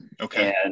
Okay